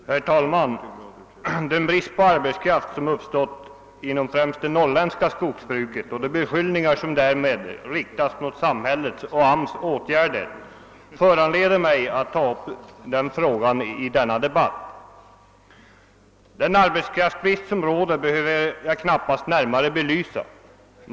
Herr talman! Den brist på arbetskraft som uppstått inom främst det norrländska skogsbruket och de beskyllningar som i det sammanhanget riktats mot samhällets och AMS” åtgärder föranleder mig att ta upp frågan i denna debatt. Den rådande arbetskraftsbristen behöver jag knappast belysa närmare.